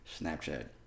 Snapchat